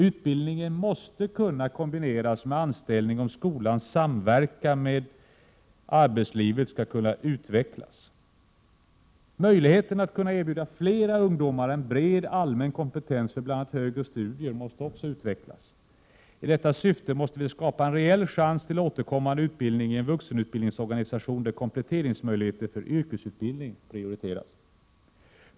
Utbildningen måste kunna kombineras med anställning om skolans samverkan med arbetslivet skall kunna utvecklas. Möjligheten att erbjuda flera ungdomar en bred allmän kompetens för bl.a. högre studier måste utvecklas. I detta syfte måste vi skapa en reell chans till återkommande utbildning i en vuxenutbildningsorganisation där kompletteringsmöjligheter för yrkesutbildning prioriteras.